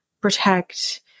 protect